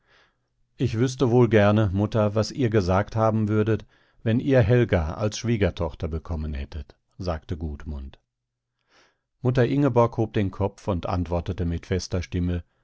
ich wüßte wohl gerne mutter was ihr gesagt haben würdet wenn ihr helga als schwiegertochter bekommen hättet sagte gudmund mutter ingeborg hob den kopf und antwortete mit fester stimme